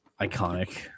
iconic